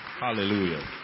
Hallelujah